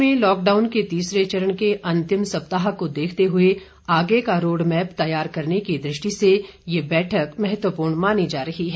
देश में लॉकडाउन के तीसरे चरण के अंतिम सप्ताह को देखते हुए आगे का रोडमैप तैयार करने की दृष्टि से यह बैठक महत्वपूर्ण मानी जा रही है